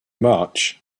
march